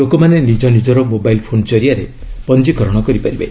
ଲୋକମାନେ ନିଜ ନିଜର ମୋବାଇଲ୍ ଫୋନ୍ ଜରିଆରେ ପଞ୍ଜିକରଣ କରିପାରିବେ